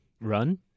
run